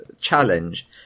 challenge